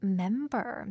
member